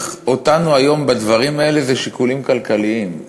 אותנו היום בדברים האלה הם שיקולים כלכליים,